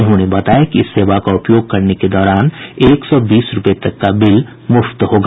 उन्होंने बताया कि इस सेवा का उपयोग करने के दौरान एक सौ बीस रूपये तक का बिल मुफ्त होगा